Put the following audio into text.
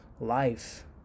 Life